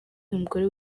umugore